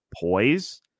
poise